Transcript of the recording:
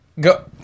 go